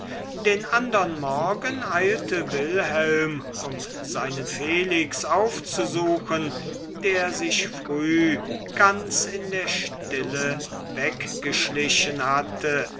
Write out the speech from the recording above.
den andern morgen eilte wilhelm um seinen felix aufzusuchen der sich früh ganz in der stille weggeschlichen hatte